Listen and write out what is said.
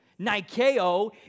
Nikeo